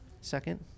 Second